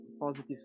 positive